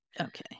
Okay